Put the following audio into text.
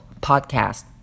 PODCAST